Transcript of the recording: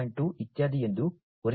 2 ಇತ್ಯಾದಿ ಎಂದು ವರ್ಗೀಕರಿಸಬಹುದು